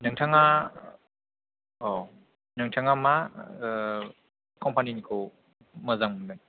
नोंथाङा औ नोंथाङा मा कम्पानिनिखौ मोजां मोनो